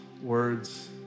words